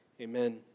Amen